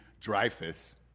dreyfus